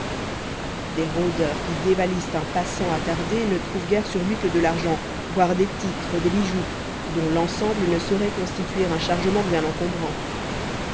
des rôdeurs qui dévalisent un passant attardé ne trouvent guère sur lui que de l'argent voire des titres des bijoux dont l'ensemble ne saurait constituer un chargement bien encombrant